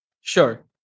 Sure